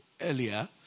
earlier